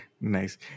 Nice